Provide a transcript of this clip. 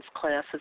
classes